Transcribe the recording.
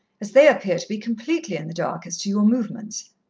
as they appear to be completely in the dark as to your movements.